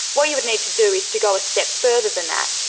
what you would need to do is to go a step further than that.